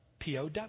POW